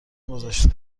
گذاشته